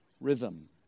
rhythm